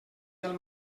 del